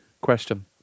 question